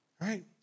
right